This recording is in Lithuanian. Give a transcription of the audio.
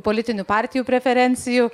politinių partijų preferencijų